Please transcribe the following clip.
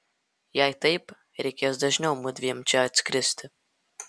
jei taip reikės dažniau mudviem čia atskristi